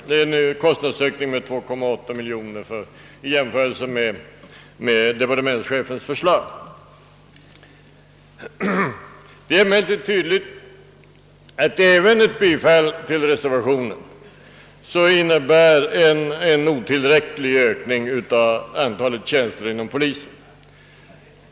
Det innebär en kostnadsökning med 2,8 miljoner i jämförelse med departementschefens förslag. Det är emellertid tydligt att även ett bifall till reservationen innebär en otillräcklig ökning av antalet tjänster inom polisen.